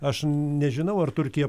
aš nežinau ar turkija